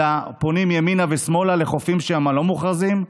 הם פונים ימינה ושמאלה לחופים שהם לא מוכרזים,